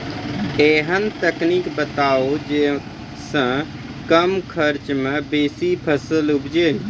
ऐहन तकनीक बताऊ जै सऽ कम खर्च मे बेसी फसल उपजे?